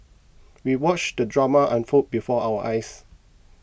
we watched the drama unfold before our eyes